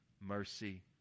mercy